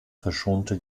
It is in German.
verschonte